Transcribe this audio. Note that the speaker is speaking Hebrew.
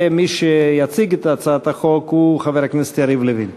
ומי שיציג את הצעת החוק הוא חבר הכנסת יריב לוין.